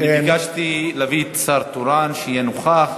ביקשתי ששר תורן שיהיה נוכח.